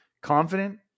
confident